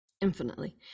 Infinitely